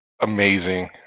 amazing